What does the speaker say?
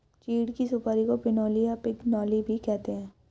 चीड़ की सुपारी को पिनोली या पिगनोली भी कहते हैं